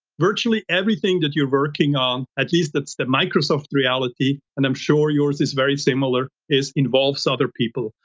virtually, everything that you're working on, at least that's the microsoft reality, and i'm sure yours is very similar, is involves other people.